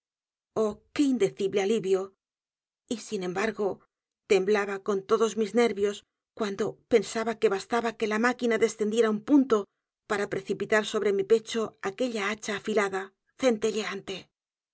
o s alivio í y sin embargo temblaba con todos mis n e r vios cuando pensaba que bastaba que la máquina descendiera u n punto p a r a precipitar sobre mi pecho aquella hacha afilada centelleante